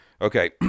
Okay